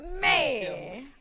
Man